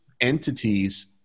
entities